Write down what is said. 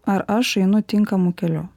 ar aš einu tinkamu keliu